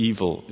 Evil